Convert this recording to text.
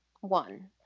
one